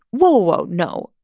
whoa. whoa, no.